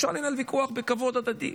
אפשר לנהל ויכוח בכבוד הדדי,